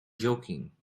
joking